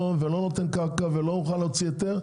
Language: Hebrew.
לא נותן קרקע ולא מוכן להוציא היתר,